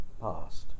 past